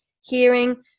hearing